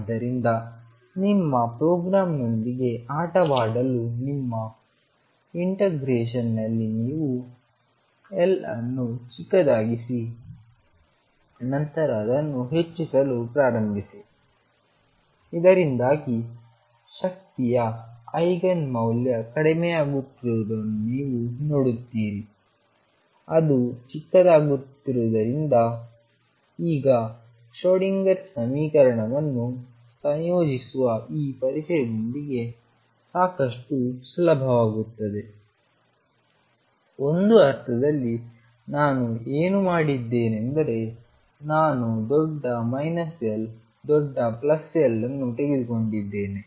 ಆದ್ದರಿಂದ ನಿಮ್ಮ ಪ್ರೋಗ್ರಾಂನೊಂದಿಗೆ ಆಟವಾಡಲು ನಿಮ್ಮ ಇಂಟಿಗ್ರೇಷನ್ ನಲ್ಲಿ ನೀವು ಎಲ್ ಅನ್ನು ಚಿಕ್ಕದಾಗಿಸಿ ನಂತರ ಅದನ್ನು ಹೆಚ್ಚಿಸಲು ಪ್ರಾರಂಭಿಸಿ ಇದರಿಂದಾಗಿ ಶಕ್ತಿಯ ಐಗನ್ ಮೌಲ್ಯ ಕಡಿಮೆಯಾಗುತ್ತಿರುವುದನ್ನು ನೀವು ನೋಡುತ್ತೀರಿ ಅದು ಚಿಕ್ಕದಾಗುತ್ತಿದ್ದರಿಂದ ಈಗ ಶ್ರೋಡಿಂಗರ್ ಸಮೀಕರಣವನ್ನು ಸಂಯೋಜಿಸುವ ಈ ಪರಿಚಯದೊಂದಿಗೆ ಸಾಕಷ್ಟು ಸುಲಭವಾಗುತ್ತದೆ ಒಂದು ಅರ್ಥದಲ್ಲಿ ನಾನು ಏನು ಮಾಡಿದ್ದೇನೆಂದರೆ ನಾನು ದೊಡ್ಡ −L ದೊಡ್ಡ L ಅನ್ನು ತೆಗೆದುಕೊಂಡಿದ್ದೇನೆ